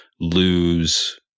lose